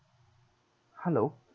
hello